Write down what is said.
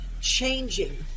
changing